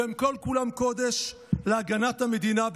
והם כל-כולם קודש להגנת המדינה,